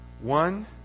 One